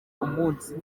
umunsi